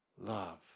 love